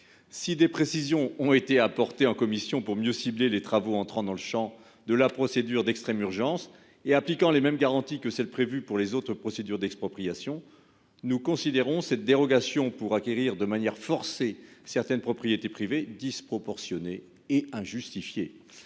Si des précisions ont été apportées en commission pour mieux cibler les travaux entrant dans le champ de la procédure d'extrême urgence et pour appliquer les mêmes garanties que celles qui sont prévues pour les autres procédures d'expropriation, nous considérons cette dérogation pour acquérir de manière forcée certaines propriétés privées disproportionnée et injustifiée.